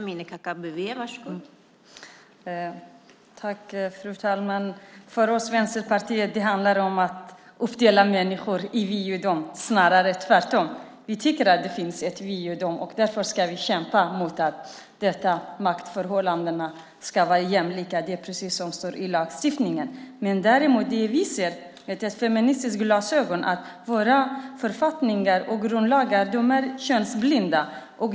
Fru talman! För oss i Vänsterpartiet handlar det inte om att uppdela människor i vi och de, snarare tvärtom. Vi tycker att det finns ett vi och de, och därför ska vi kämpa mot detta maktförhållande. Det ska vara jämlikt, precis som det står i lagen. Däremot ser vi med feministiska glasögon att våra författningar och grundlagar är könsblinda.